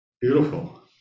beautiful